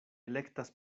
elektas